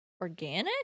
organic